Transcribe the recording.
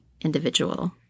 individual